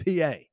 PA